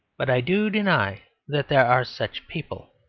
but i do deny that there are such people.